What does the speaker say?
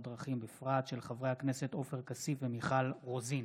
של חברי הכנסת עופר כסיף ומיכל רוזין